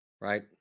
right